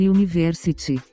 University